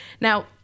Now